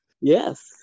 yes